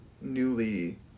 newly